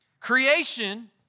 Creation